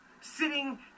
sitting